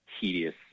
tedious